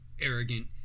arrogant